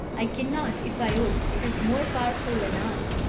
i cannot, if i would. it is more powerful than i